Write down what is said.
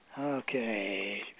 Okay